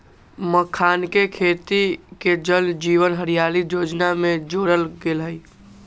मखानके खेती के जल जीवन हरियाली जोजना में जोरल गेल हई